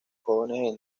jóvenes